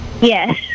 yes